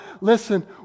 Listen